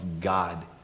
God